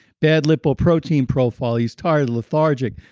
bad lipoprotein profile, he's tired, lethargic,